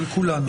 של כולנו.